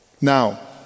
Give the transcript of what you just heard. Now